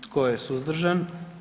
Tko je suzdržan?